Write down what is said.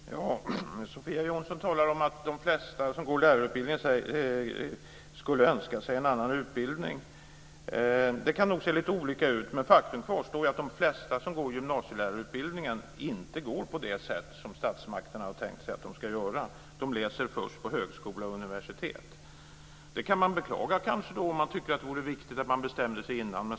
Fru talman! Sofia Jonsson talar om att de flesta som går lärarutbildningen skulle önska sig en annan utbildning. Det kan nog se lite olika ut, men faktum kvarstår, nämligen att de flesta som genomgår gymnasielärarutbildningen inte utbildar sig på det sätt som statsmakterna har tänkt sig att de ska göra. De läser först på högskola och universitet. Det kan man kanske beklaga om man tycker att det är viktigt att de bestämmer sig tidigare.